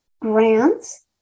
grants